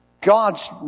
God's